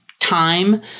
time